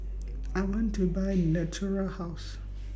I want to Buy Natura House